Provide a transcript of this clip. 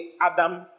Adam